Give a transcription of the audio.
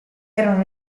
erano